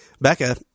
Becca